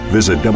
visit